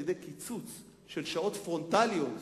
על-ידי קיצוץ של שעות פרונטליות